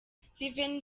steven